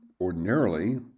ordinarily